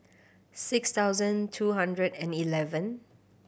six thousand two hundred and eleven